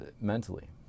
mentally